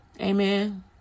Amen